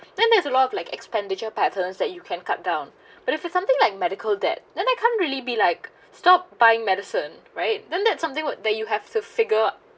then there's a lot of like expenditure patterns that you can cut down but if it's something like medical that then I can't really be like stop buying medicine right then that's something would that you have to figure